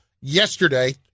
yesterday